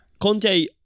Conte